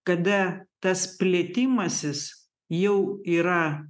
kada tas plėtimasis jau yra